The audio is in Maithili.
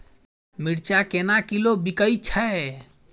मिर्चा केना किलो बिकइ छैय?